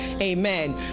Amen